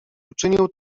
uczynił